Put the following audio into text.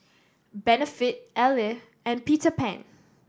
Benefit Elle and Peter Pan